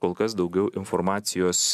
kol kas daugiau informacijos